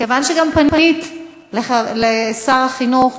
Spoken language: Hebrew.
מכיוון שגם פנית לשר החינוך,